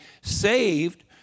saved